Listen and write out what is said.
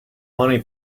money